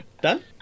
Done